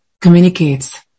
communicates